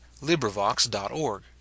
LibriVox.org